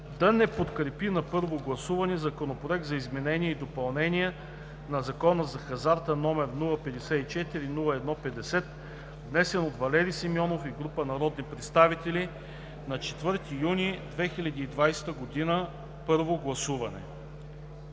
да не приеме на първо гласуване Законопроект за изменение и допълнение на Закона за хазарта, № 054-01-50, внесен от Валери Симеонов и група народни представители на 4 юни 2020 г. С 11 гласа